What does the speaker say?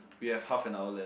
we have half a hour left